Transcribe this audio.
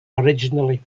originally